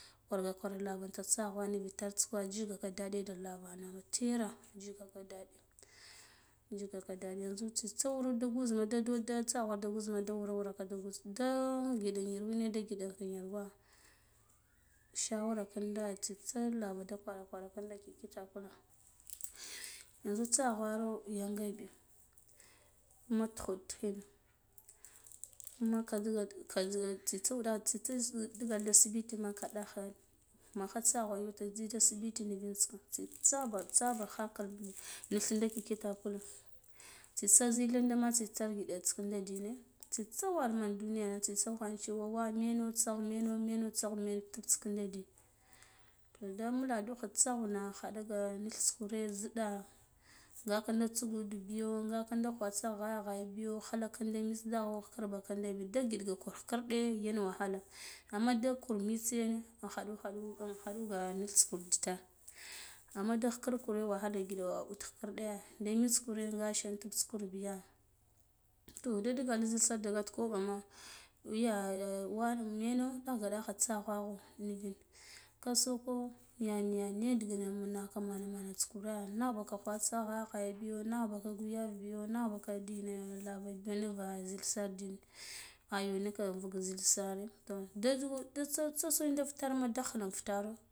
Kwarga kwar larano inta tsaghwa nivitar ka injigaka daɗi da lavana tera jigaka daɗi yanzu tsitsa da wuro nda gwuza na da tsagwa da tsitsa da wuro nda gwuza ne da tsaguwa da gwuzna da wura wuraka nda gwuz da ngidi yarwuna da ngiɗi in yarwa shawara vinde tsitsa lava da kwara kwara kinda ki kitakula yanzu tsaghwuro yangabi ma tukhuɗ tighin kuma ka diga tsitsa wuɗa tsitsa digalda asibitima da ɗakhane ma kha tsagwa zu yi da sibitima nirita ka tsitsa tsaba hakali bi nugh ko kindi kitakula tsitsa zikadama tsitsar ngiɗa diyane tsitsa warman duniyana da kwar cewa wa tsashwo meno meno meno tsagho men tita kinda din nda mbulandukha tsaghwna khadaga dita kure ziɗa ngakinda tsugudbiyo nga kinda tawa ba glaya glaya biyo kahalak kinda mitse daghen khikir bakinda bi nde ngiɗ kur khikirɗe yan wahala amma da kur mitse in khaɗu khaɗu nga mita kur zitar amma da khikirn kure wahala da ngiɗi ud kur ude nda mitse kune nga shen tuts lar biya do do digal zil sel da get kaboma yah yah wane meno ɗaghga ɗagha tsaghwa aivin ka soko niya niya niya ndigine naka mana manata kuran nagh baka kwa tsakwa khaya biyo naghbaka ghyar ghyar biyo naghbaka dina larana niva zilsa ndiyinai syo nika invuk zilsire to da da so da futerma khina fitiro